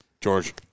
George